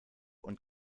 und